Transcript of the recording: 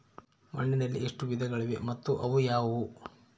ಮಣ್ಣಿನಲ್ಲಿ ಎಷ್ಟು ವಿಧಗಳಿವೆ ಮತ್ತು ಅವು ಯಾವುವು?